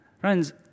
Friends